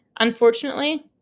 Unfortunately